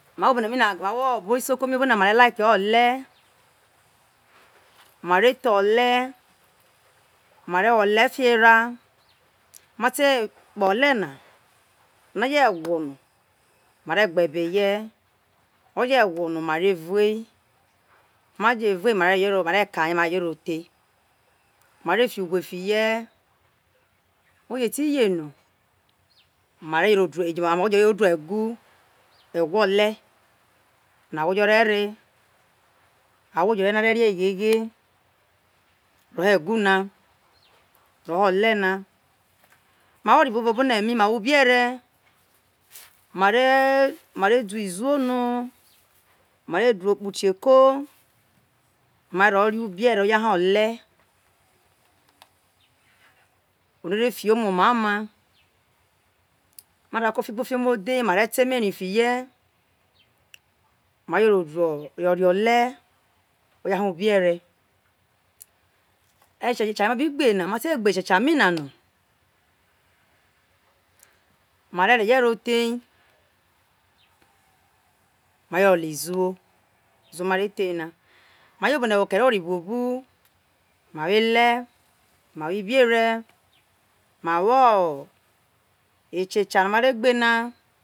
Mai awho bo ne mi na mai awho obo isoko mina mare like ole mare tho ole mare wo ole fio era ma te kpo ole ma no oje gwono mare gbe ebe ye oje gwo no ma re rue ma je voe mare ka ye ma re reye ro the mare fi ugwe ye oje ti ye no mare ro duo awho jo rie no a re rie aneghe ore egu na wo no ole na ma wo ore bou bu vo obone mina ma wo ubi ere mare mare du iziowo no mare du okpun tie ko maro re ubi ere hayo ha ole ore no ore flo mu omai oma ma ta kuo ofibo fio omo the mare to emeri fiye mare vo ro ole hayo ha ubi ere esie mabi abe mi na na mare re ye ro the ma be iziwo no ma re the na majo obo ne wo oghere ore boubu ma wo ele ma wo ubi ere ma wo eshesha no mare gbe na